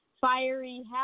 fiery